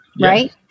Right